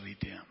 dim